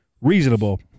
reasonable